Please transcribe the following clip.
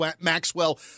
Maxwell